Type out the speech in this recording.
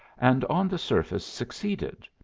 and on the surface succeeded,